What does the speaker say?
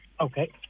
Okay